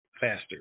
faster